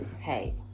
Hey